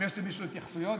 אם יש למישהו התייחסויות,